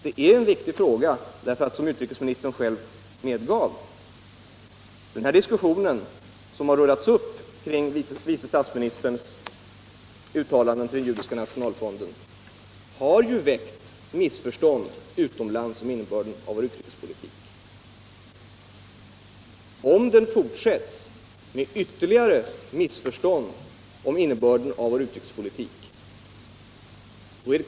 Den diskussion som har rullat i gång med anledning av vice statsministerns uttalande för Judiska nationalfonden har, som utrikesministern själv medgav, väckt missförstånd utomlands om innebörden av vår utrikespolitik.